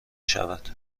شود